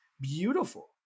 beautiful